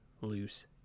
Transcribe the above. loose